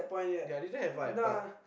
ya they don't have vibe but